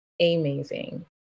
amazing